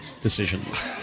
decisions